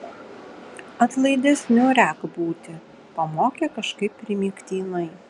atlaidesniu rek būti pamokė kažkaip primygtinai